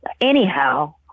Anyhow